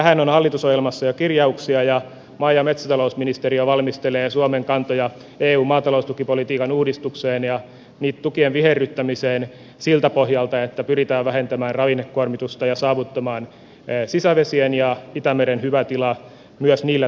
tähän on hallitusohjelmassa jo kirjauksia ja maa ja metsätalousministeriö valmistelee suomen kantoja eun maataloustukipolitiikan uudistukseen ja tukien viherryttämiseen siltä pohjalta että pyritään vähentämään ravinnekuormitusta ja saavuttamaan sisävesien ja itämeren hyvä tila myös niillä toimilla